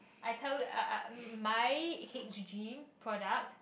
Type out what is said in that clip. I tell you I I my h_g product